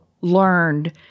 learned